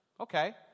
Okay